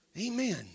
Amen